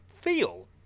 feel